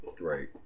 right